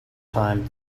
time